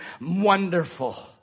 Wonderful